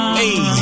hey